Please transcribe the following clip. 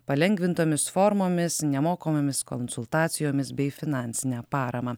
palengvintomis formomis nemokamomis konsultacijomis bei finansine parama